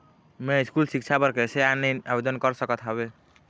मैं स्कूल सिक्छा बर कैसे ऑनलाइन आवेदन कर सकत हावे?